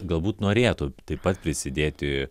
galbūt norėtų taip pat prisidėti